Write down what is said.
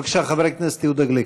בבקשה, חבר הכנסת יהודה גליק.